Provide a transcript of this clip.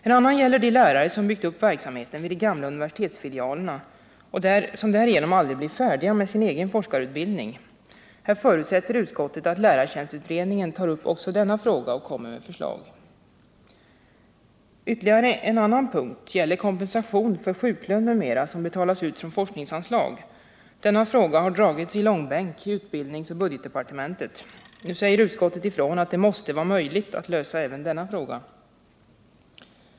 En annan punkt gäller de lärare som har byggt upp verksamheten vid de gamla universitetsfilialerna och som därigenom aldrig blev färdiga med sin egen forskarutbildning. Här förutsätter utskottet att lärartjänstutredningen tar upp också denna fråga och kommer med förslag. Ytterligare en annan punkt gäller kompensation för sjuklön m.m. som betalas ut från forskningsanslag. Denna fråga har dragits i långbänk i utbildningsoch budgetdepartementen. Nu säger utskottet ifrån att det måste vara möjligt att lösa även denna fråga.